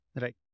Right